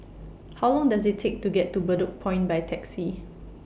How Long Does IT Take to get to Bedok Point By Taxi